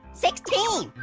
sixteen,